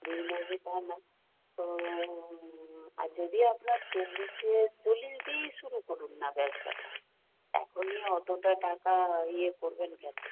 দিই না যে তা না তো আর যদিও আপনার চল্লিশে চল্লিশ দিয়েই শুরু করুন না ব্যবসাটা এখনই অতটা টাকা ইয়ে করবেন কেন